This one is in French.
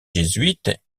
jésuites